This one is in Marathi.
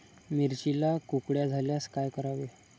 मिरचीला कुकड्या झाल्यास काय करावे?